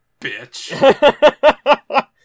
bitch